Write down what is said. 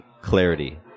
clarity